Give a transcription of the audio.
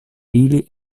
ili